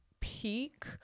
peak